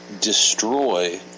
destroy